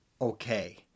okay